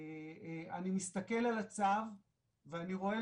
אני מסתכל על הצו ואני רואה,